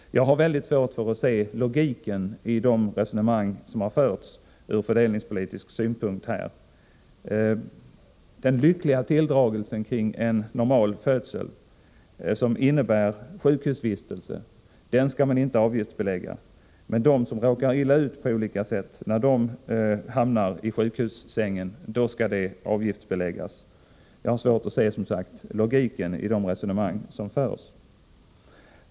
Jag har mycket svårt att se logiken ur fördelningspolitisk synpunkt i de resonemang som har förts här. Sjukhusvistelse i samband med den lyckliga tilldragelsen kring en normal födsel skall man inte avgiftsbelägga, men sjukhusvistelse för dem som på olika sätt råkar illa ut och hamnar i sjukhussängen skall man avgiftsbelägga. Jag har som sagt svårt att se logiken i det resonemanget.